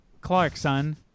Clarkson